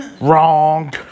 Wrong